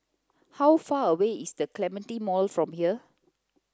how far away is the Clementi Mall from here